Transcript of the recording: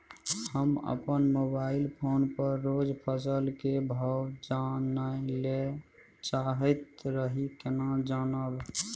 हम अपन mobile phone पर रोज फसल के भाव जानय ल चाहैत रही केना जानब?